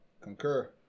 Concur